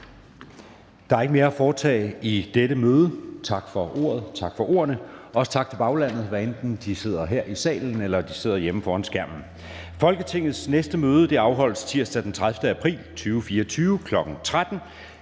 Der er ikke mere at foretage i dette møde. Tak for ordet, og tak for ordene. Også tak til baglandet, hvad enten de sidder her i salen eller hjemme foran skærmen. Folketingets næste møde afholdes tirsdag den 30. april 2024, kl. 13.00.